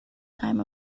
time